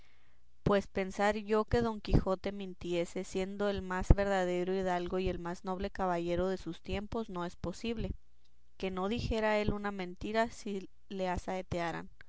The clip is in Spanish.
pues pensar yo que don quijote mintiese siendo el más verdadero hidalgo y el más noble caballero de sus tiempos no es posible que no dijera él una mentira si le asaetearan por